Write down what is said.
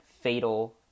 fatal